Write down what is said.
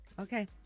Okay